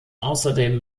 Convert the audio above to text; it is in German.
außerdem